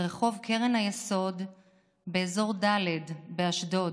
ברחוב קרן היסוד באזור ד' באשדוד,